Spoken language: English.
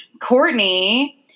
Courtney